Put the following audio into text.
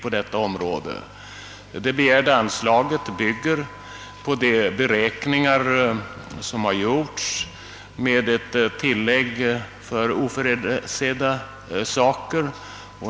Det begärda anslaget bygger på de beräkningar som gjorts, med ett tillägg för oförutsedda saker.